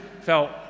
felt